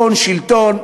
הון שלטון,